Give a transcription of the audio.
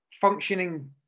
functioning